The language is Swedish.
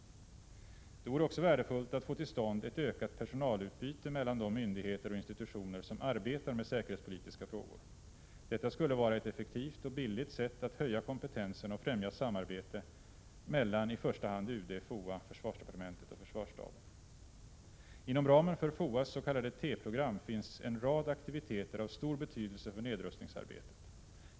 Det vore också värdefullt att få till stånd ett ökat personalutbyte mellan de myndigheter och institutioner som arbetar med säkerhetspolitiska frågor. Detta skulle vara ett effektivt och billigt sätt att höja kompetensen och främja samarbete mellan i första hand UD, FOA, försvarsdepartementet och försvarsstaben. Inom ramen för FOA:s s.k. T-program finns en rad aktiviteter av stor betydelse för nedrustningsarbetet.